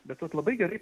bet vat labai gerai